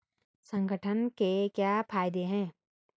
संगठन के क्या फायदें हैं?